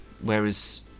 Whereas